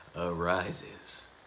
arises